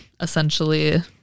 essentially